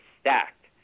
stacked